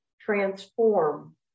transform